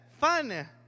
fun